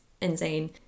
insane